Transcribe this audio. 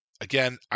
Again